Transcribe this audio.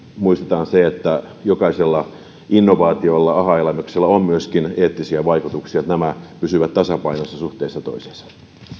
muistetaan se että jokaisella innovaatiolla ahaa elämyksellä on myöskin eettisiä vaikutuksia että nämä pysyvät tasapainossa suhteessa toisiinsa